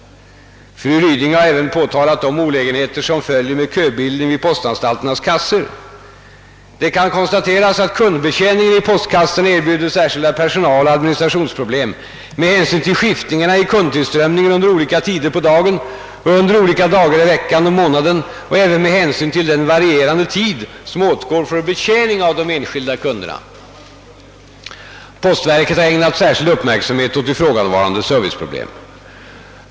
Fru Ryding har även påtalat de olägenheter, som följer med köbildning vid postanstalternas kassor. Det kan konstateras att kundbetjäningen i postkassorna erbjuder särskilda personaloch administrationsproblem med hänsyn till skiftningarna i kundtillströmningen under olika tider på dagen och under olika dagar i veckan och månaden och även med hänsyn till den varierande tid som åtgår för betjäning av de enskilda kunderna. Postverket har ägnat särskild uppmärksamhet åt ifrågavarande serviceproblem.